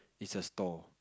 is a store